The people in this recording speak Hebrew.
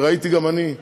וראיתי גם אני,